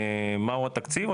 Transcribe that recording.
מהו התקציב,